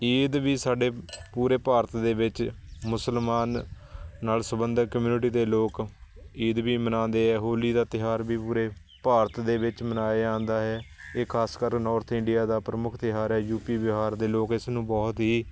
ਈਦ ਵੀ ਸਾਡੇ ਪੂਰੇ ਭਾਰਤ ਦੇ ਵਿੱਚ ਮੁਸਲਮਾਨ ਨਾਲ ਸੰਬੰਧਿਤ ਕਮਿਊਨਿਟੀ ਦੇ ਲੋਕ ਈਦ ਵੀ ਮਨਾਉਂਦੇ ਹੈ ਹੋਲੀ ਦਾ ਤਿਉਹਾਰ ਵੀ ਪੂਰੇ ਭਾਰਤ ਦੇ ਵਿੱਚ ਮਨਾਇਆ ਜਾਂਦਾ ਹੈ ਇਹ ਖਾਸਕਰ ਨੌਰਥ ਇੰਡੀਆ ਦਾ ਪ੍ਰਮੁੱਖ ਤਿਉਹਾਰ ਹੈ ਯੂ ਪੀ ਬਿਹਾਰ ਦੇ ਲੋਕ ਇਸ ਨੂੰ ਬਹੁਤ ਹੀ